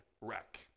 wreck